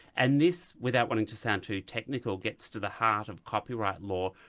and this, without wanting to sound too technical, gets to the heart of copyright law.